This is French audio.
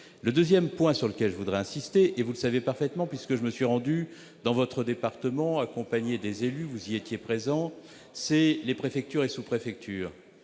Le deuxième point sur lequel je veux insister- vous le savez parfaitement puisque je me suis rendu dans votre département, accompagné des élus, dont vous-même -concerne les préfectures et sous-préfectures